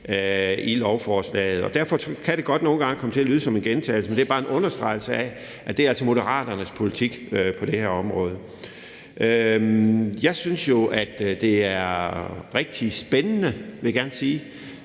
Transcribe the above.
i lovforslaget. Derfor kan det godt nogle gange komme til at lyde som en gentagelse, men det er bare en understregning af, at det altså er Moderaternes politik på det her område. Jeg synes jo, at det er rigtig spændende, vil jeg gerne sige,